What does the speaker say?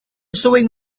sewing